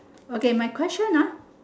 okay my question ah